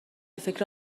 فکر